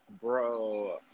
bro